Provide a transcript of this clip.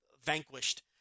vanquished